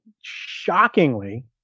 shockingly